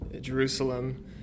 Jerusalem